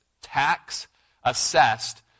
tax-assessed